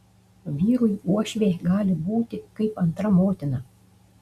vyrui uošvė gali būti kaip antra motina